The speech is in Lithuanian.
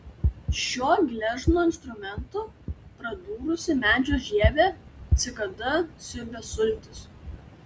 šiuo gležnu instrumentu pradūrusi medžio žievę cikada siurbia sultis